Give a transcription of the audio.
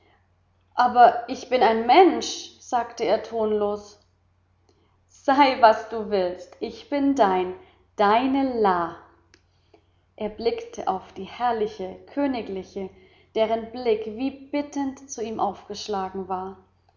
aber ich bin ein mensch sagte er tonlos sei was du willst ich bin dein deine la er blickte auf die herrliche königliche deren blick wie bittend zu ihm aufgeschlagen war